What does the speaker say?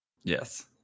yes